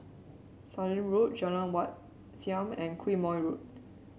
Sallim Road Jalan Wat Siam and Quemoy Road